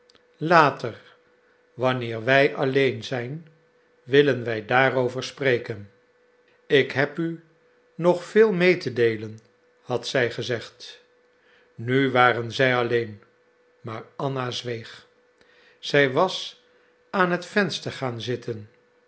later wanneer wij alleen zijn willen wij daarover spreken ik heb u nog veel mee te deelen had zij gezegd nu waren zij alleen maar anna zweeg zij was aan het venster gaan zitten